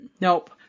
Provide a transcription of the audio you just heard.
Nope